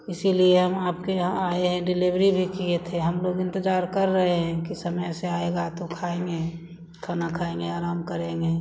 इसीलिए हम आपके यहाँ आए हैं डिलीवरी भी किए थे हमलोग इन्तज़ार कर रहे हैं कि समय से आएगा तो खाएँगे खाना खाएँगे आराम करेंगे